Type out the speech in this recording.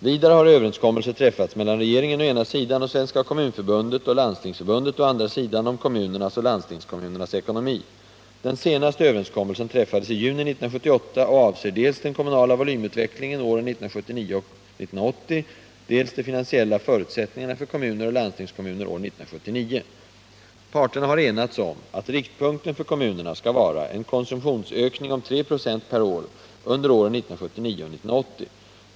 Vidare har överenskommelser träffats mellan regeringen å ena sidan och Svenska kommunförbundet och Landstingsförbundet å andra sidan om kommunernas och landstingskommunernas ekonomi. Den senaste överenskommelsen träffades i juni 1978 och avser dels den kommunala volymutvecklingen åren 1979 och 1980, dels de finansiella förutsättningarna för kommuner och landstingskommuner år 1979. Parterna har enats om att riktpunkten för kommunerna skall vara en konsumtionsökning om 3 96 per år under åren 1979 och 1980.